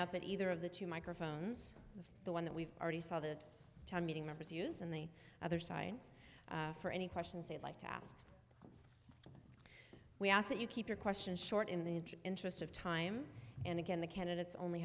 up at either of the two microphones the one that we've already saw the town meeting members use and the other sign for any questions they'd like to ask we ask that you keep your questions short in the interest of time and again the candidates only